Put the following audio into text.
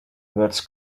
words